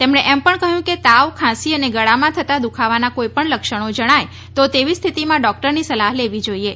તેમણે એમ પણ કહ્યું કે તાવ ખાંસી અને ગળામાં થતા દુઃખાવાના કોઇ પણ લક્ષણો જણાય તો તેવી સ્થિતિમાં ડોક્ટરની સલાહ લેવી જોઇએ